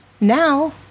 Now